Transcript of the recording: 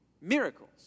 miracles